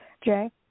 Jay